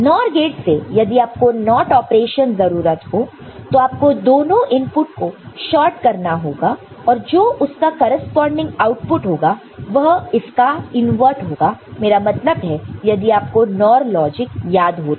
NOR gate से यदि आपको NOT ऑपरेशन जरूरत हो तो आपको दोनों इनपुट को शॉर्ट करना होगा और जो उसका करेस्पेंडिंग आउटपुट होगा वह इसका इनवर्ट होगा मेरा मतलब है यदि आपको NOR लॉजिक याद हो तो